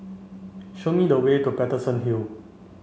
show me the way to Paterson Hill